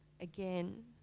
again